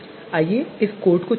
आइए इस कोड को चलाते हैं